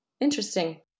interesting